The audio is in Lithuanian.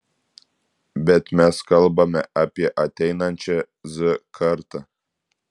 bet mes kalbame apie ateinančią z kartą